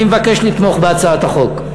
אני מבקש לתמוך בהצעת החוק.